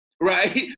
Right